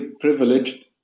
privileged